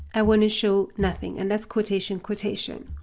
i want to show nothing, and that's quotation-quotation.